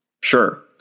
Sure